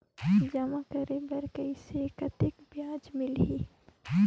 जमा करे बर कइसे कतेक ब्याज मिलही?